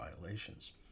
violations